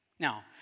Now